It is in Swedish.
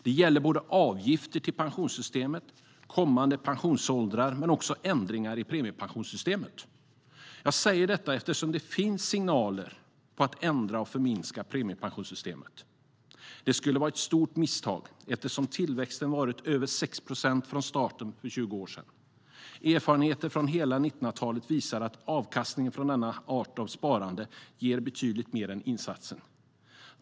Detta gäller både avgifter till pensionssystemet, kommande pensionsåldrar och även ändringar i premiepensionssystemet. Jag säger detta eftersom det finns signaler om att ändra och förminska premiepensionssystemet. Det skulle vara ett stort misstag, eftersom tillväxten varit på över 6 procent från starten för 20 år sedan. Erfarenheter från hela 1900-talet visar att avkastningen från denna art av sparande ger betydligt mer än insatsen.